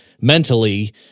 mentally